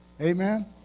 Amen